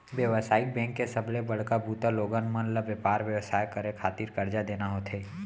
बेवसायिक बेंक के सबले बड़का बूता लोगन मन ल बेपार बेवसाय करे खातिर करजा देना होथे